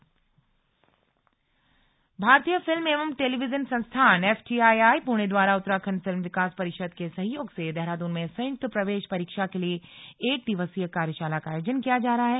slug संयुक्त प्रवेश कार्यशाला भारतीय फिल्म एवं टेलीविजन संस्थान एफटीआईआई पुणे द्वारा उत्तराखण्ड फिल्म विकास परिषद के सहयोग से देहरादून में संयुक्त प्रवेश परीक्षा के लिए एक दिवसीय कार्यशाला का आयोजन किया जा रहा है